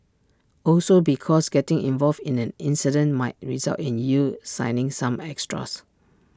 also because getting involved in an incident might result in you signing some extras